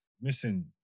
missing